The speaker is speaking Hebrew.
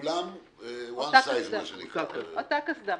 הכול אותה קסדה.